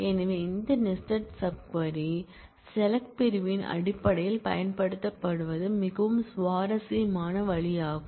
எனவே இந்த nested sub query SELECT பிரிவின் அடிப்படையில் பயன்படுத்துவது மிகவும் சுவாரஸ்யமான வழியாகும்